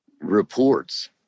reports